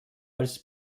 als